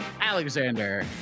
Alexander